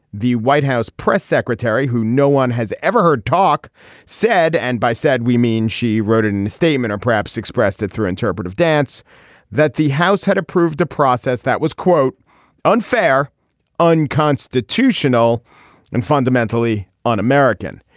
the white house press secretary who no one has ever heard talk said and by said we mean she wrote in and the statement or perhaps expressed it through interpretive dance that the house had approved a process that was quote unfair unconstitutional and fundamentally un-american.